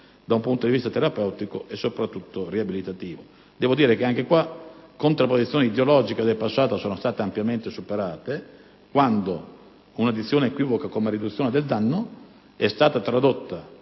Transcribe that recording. da un punto di vista terapeutico e, soprattutto, riabilitativo. Anche in questo caso le contrapposizioni ideologiche del passato sono state ampiamente superate quando una dizione equivoca come "riduzione del danno" è stata tradotta